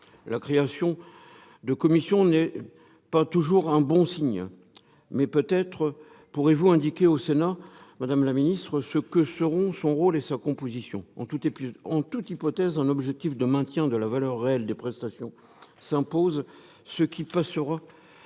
la création d'une commission n'est pas toujours un bon signe, mais peut-être pourrez-vous indiquer au Sénat ce que seront son rôle et sa composition ? En toute hypothèse, un objectif de maintien de la valeur réelle des prestations s'impose, ce qui passera